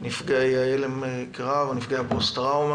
נפגעי הלם קרב או נפגעי פוסט טראומה